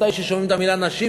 מתי ששומעים את המילה "נשים",